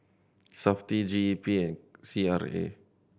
Safti G E P and C R A